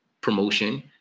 promotion